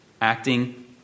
acting